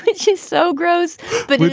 but she's so gross but